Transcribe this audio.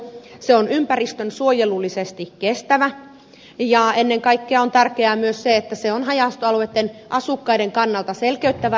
se on ympäristönsuojelullisesti kestävä ja ennen kaikkea on tärkeää myös se että se on haja asutusalueitten asukkaiden kannalta selkeyttävä ratkaisu